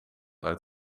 uit